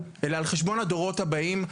אלא על חשבון הדורות הבאים.